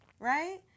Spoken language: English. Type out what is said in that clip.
Right